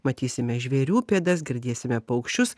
matysime žvėrių pėdas girdėsime paukščius